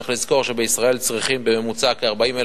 צריך לזכור שבישראל צריכים בממוצע כ-40,000